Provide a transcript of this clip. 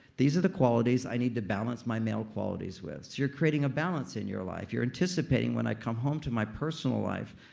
these are the qualities i need to balance my male qualities with. you're creating a balance in your life. you're anticipating when i come home to my personal life,